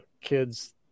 kids